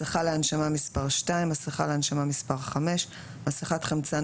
מסכה להנשמה מספר 2 1 מסכה להנשמה מספר 5 1 מסכת-חמצן